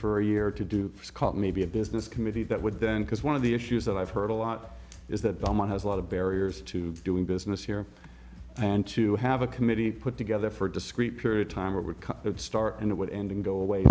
for a year to do scott maybe a business committee that would then because one of the issues that i've heard a lot is that belmont has a lot of barriers to doing business here and to have a committee put together for a discreet period time or it would start and it would end and go away